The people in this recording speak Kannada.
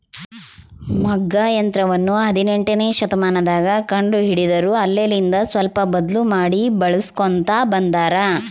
ಮಗ್ಗ ಯಂತ್ರವನ್ನ ಹದಿನೆಂಟನೆಯ ಶತಮಾನದಗ ಕಂಡು ಹಿಡಿದರು ಅಲ್ಲೆಲಿಂದ ಸ್ವಲ್ಪ ಬದ್ಲು ಮಾಡಿ ಬಳಿಸ್ಕೊಂತ ಬಂದಾರ